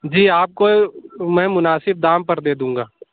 جی آپ کو میں مناسب دام پر دے دوں گا